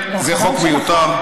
זה חוק מיותר,